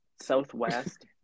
southwest